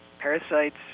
parasites